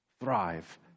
thrive